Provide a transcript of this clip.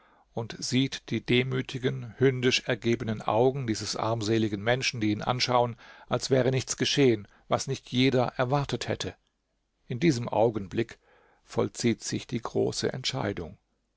und sieht die demütigen hündisch ergebenen augen dieses armseligen menschen die ihn anschauen als wäre nichts geschehen was nicht jeder erwartet hätte in diesem augenblick vollzieht sich die große entscheidung